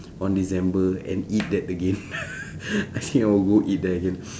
on december and eat that again I think I will go eat there again